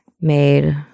made